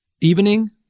evening